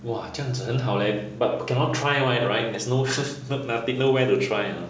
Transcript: !wah! 这样子很好 leh but cannot try [one] right there's no first fir~ I think nowhere to try !huh!